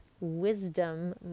wisdom